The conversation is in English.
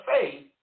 faith